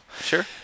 Sure